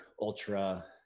Ultra